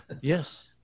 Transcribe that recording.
yes